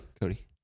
Cody